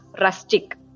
rustic